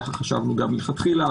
כך חשבנו גם מלכתחילה,